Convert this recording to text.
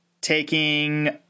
taking